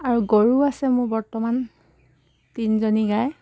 আৰু গৰু আছে মোৰ বৰ্তমান তিনিজনী গাই